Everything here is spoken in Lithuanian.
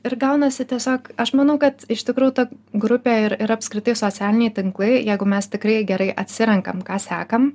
ir gaunasi tiesiog aš manau kad iš tikrųjų ta grupė ir ir apskritai socialiniai tinklai jeigu mes tikrai gerai atsirenkam ką sekam